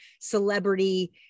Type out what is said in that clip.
celebrity